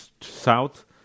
south